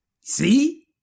see